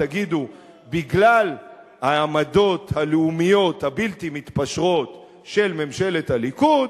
תגידו: בגלל העמדות הלאומיות הבלתי-מתפשרות של ממשלת הליכוד,